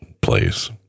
place